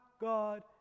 God